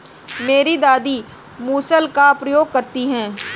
मेरी दादी मूसल का प्रयोग करती हैं